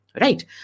Right